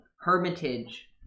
Hermitage